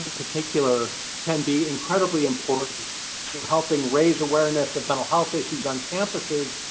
ah particular can be incredibly important to helping raise awareness of mental health issues on campuses,